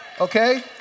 okay